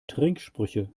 trinksprüche